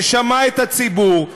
ששמעו את הציבור,